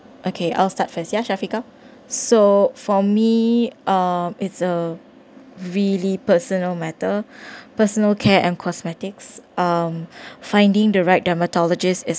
okay I'll start first ya shafiqah so for me uh it's a really personal matter personal care and cosmetics um finding the right dermatologist is